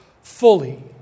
fully